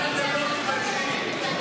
אני לא יודעת איך אתם ישנים בשקט.